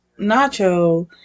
Nacho